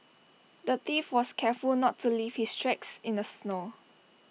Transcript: the thief was careful not to leave his tracks in the snow